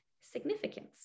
significance